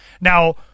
Now